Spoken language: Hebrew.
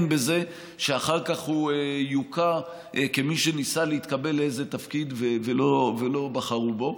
בזה שאחר כך הוא יוקע כמי שניסה להתקבל לאיזה תפקיד ולא בחרו בו,